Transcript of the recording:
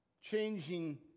changing